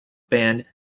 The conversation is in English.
band